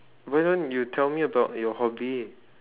why don't you tell me about your hobby